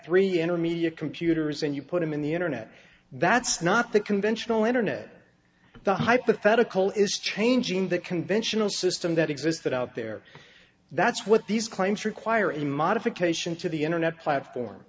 three intermediate computers and you put them in the internet that's not the conventional internet but the hypothetical is changing that conventional system that exists that out there that's what these claims require in modification to the internet platform